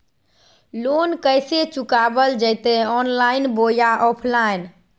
Loan कैसे चुकाबल जयते ऑनलाइन बोया ऑफलाइन?